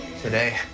Today